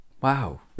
Wow